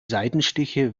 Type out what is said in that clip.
seitenstiche